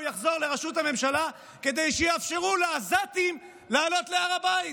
יחזור לראשות הממשלה כדי שיאפשרו לעזתים לעלות להר הבית.